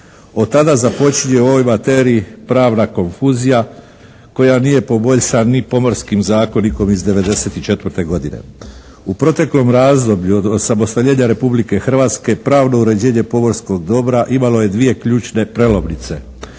Od tada započinje o ovoj materiji pravna konfuzija koja nije poboljšana ni Pomorskim zakonikom iz '94. godine. U proteklom razdoblju od osamostaljenja Republike Hrvatske pravno uređenje pomorskog dobra imalo je dvije ključne prelomnice,